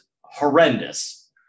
horrendous